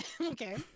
okay